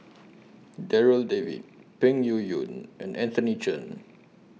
Darryl David Peng Yuyun and Anthony Chen